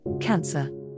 cancer